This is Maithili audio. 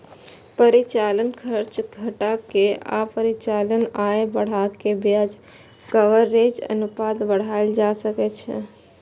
परिचालन खर्च घटा के आ परिचालन आय बढ़ा कें ब्याज कवरेज अनुपात बढ़ाएल जा सकै छै